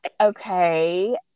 okay